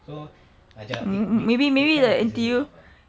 so macam it it it kind of pisses me off ah